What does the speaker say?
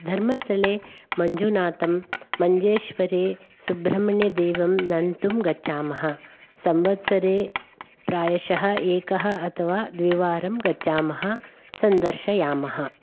धर्मस्थले मञ्जुनाथं मञ्जेश्वरे सुब्रह्मण्यदेवं नन्तुं गच्छामः संवत्सरे प्रायशः एकः अथवा द्विवारं गच्छामः सन्दर्शयामः